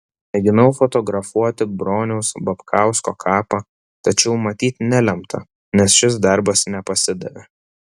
mėginau fotografuoti broniaus babkausko kapą tačiau matyt nelemta nes šis darbas nepasidavė